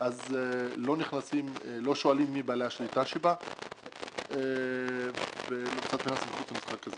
אז לא שואלים מי בעלי השליטה שבה והיא מחוץ למשחק הזה